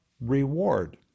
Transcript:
reward